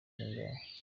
zingahe